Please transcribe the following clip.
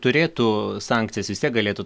turėtų sankcijas vis tiek galėtų